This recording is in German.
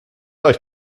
euch